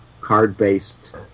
card-based